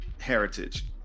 heritage